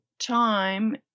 Time